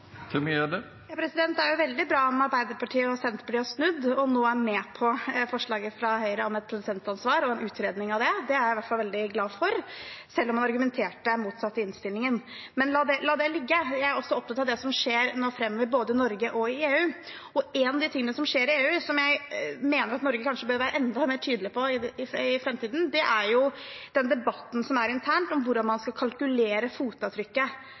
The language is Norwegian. det, blir et enstemmig vedtak. Det er jo veldig bra om Arbeiderpartiet og Senterpartiet har snudd og nå er med på forslaget fra Høyre om et produsentansvar og en utredning av det. Det er jeg i hvert fall veldig glad for, selv om man argumenterte motsatt i innstillingen. Men la det ligge. Jeg er også opptatt av det som skjer framover nå, både i Norge og i EU. En av tingene som skjer i EU som jeg mener Norge kanskje bør være enda mer tydelig på i framtiden, er den interne debatten om hvordan man skal kalkulere fotavtrykket fra tekstilprodukter. Der er det stor lobbyvirksomhet gående i Brussel, der det bl.a. er kontroverser rundt hvordan man skal